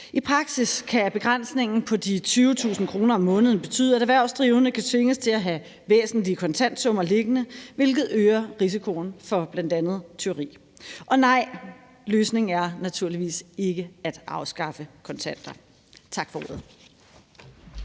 I praksis kan begrænsningen på de 20.000 kr. om måneden betyde, at erhvervsdrivende kan tvinges til at have væsentlige kontantsummer liggende, hvilket øger risikoen for bl.a. tyveri. Og nej, løsningen er naturligvis ikke at afskaffe kontanter. Tak for ordet.